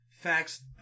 Facts